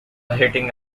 hitting